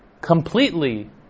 completely